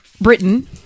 Britain